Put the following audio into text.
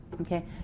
okay